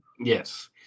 yes